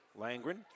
Langren